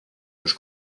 los